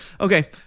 okay